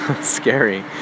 scary